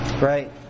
Right